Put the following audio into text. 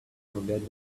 forget